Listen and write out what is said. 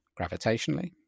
gravitationally